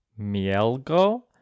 Mielgo